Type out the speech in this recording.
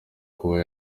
kuba